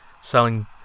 selling